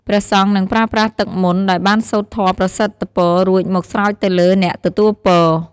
ព្រះសង្ឃនឹងប្រើប្រាស់ទឹកមន្តដែលបានសូត្រធម៌ប្រសិទ្ធពររួចមកស្រោចទៅលើអ្នកទទួលពរ។